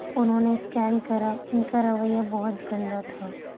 انہوں نے اسکین کرا ان کا رویہ بہت گندہ تھا